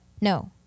No